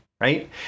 right